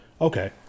Okay